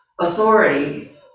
authority